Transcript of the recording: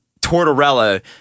Tortorella